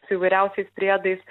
su įvairiausiais priedais